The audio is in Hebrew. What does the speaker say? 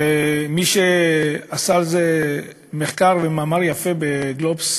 ומי שעשה על זה מחקר ומאמר יפה ב"גלובס",